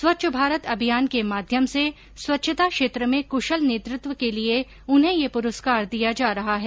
स्वच्छ भारत अभियान के माध्यम से स्वच्छता क्षेत्र में कृशल नेतृत्व के लिए उन्हें यह पुरस्कार दिया जा रहा है